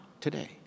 today